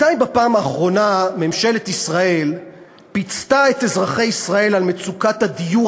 מתי בפעם האחרונה ממשלת ישראל פיצתה את אזרחי ישראל על מצוקת הדיור